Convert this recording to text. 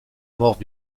morts